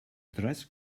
dress